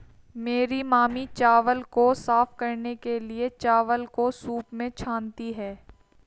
मेरी मामी चावल को साफ करने के लिए, चावल को सूंप में छानती हैं